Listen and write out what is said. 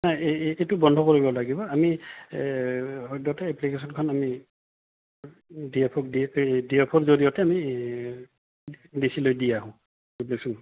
নাই এই এইটো বন্ধ কৰিব লাগিব আমি সদ্যহতে এপ্লিকেশ্যনখন আমি ডি এফ অ'ক ডি এফ অ'ৰ জৰিয়তে আমি ডি চিলৈ লৈ দিয়া হ'ব এপ্লিকেশ্যনখন